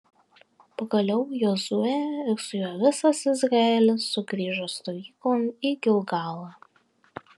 pagaliau jozuė ir su juo visas izraelis sugrįžo stovyklon į gilgalą